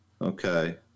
Okay